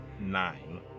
Nine